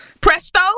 Presto